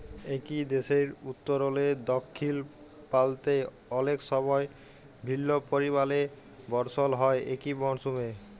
একই দ্যাশের উত্তরলে দখ্খিল পাল্তে অলেক সময় ভিল্ল্য পরিমালে বরসল হ্যয় একই মরসুমে